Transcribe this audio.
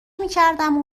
میکردم